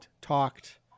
talked